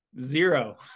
Zero